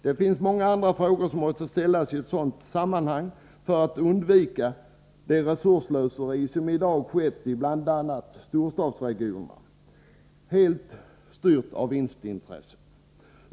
Det är många andra frågor som måste ställas i ett sådant sammanhang för att man skall undvika det resursslöseri som i dag förekommer bl.a. i storstadsregionerna, helt styrt av vinstintressen.